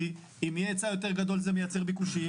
כי אם יהיה היצע יותר גדול זה מייצר ביקושים,